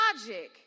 logic